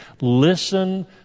Listen